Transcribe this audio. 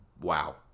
wow